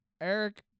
Eric